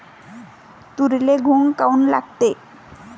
तुरीले घुंग काऊन लागते?